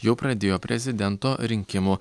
jau pradėjo prezidento rinkimų